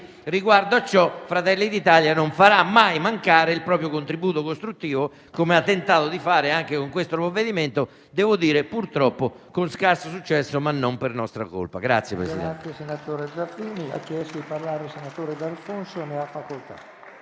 Riguardo a ciò Fratelli d'Italia non farà mai mancare il proprio contributo costruttivo, come ha tentato di fare anche con il provvedimento in esame, purtroppo con scarso successo, ma non per sua colpa.